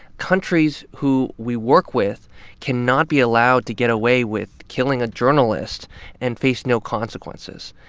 countries who we work with cannot be allowed to get away with killing a journalist and face no consequences.